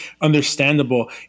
understandable